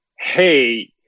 hey